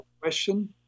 question